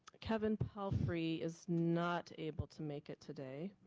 kevin pelphrey is not able to make it today.